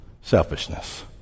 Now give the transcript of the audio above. selfishness